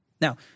Now